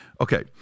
Okay